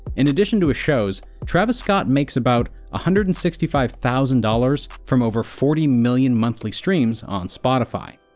in addition to his shows, travis scott makes about one ah hundred and sixty five thousand dollars from over forty million monthly streams on spotify.